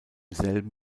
selben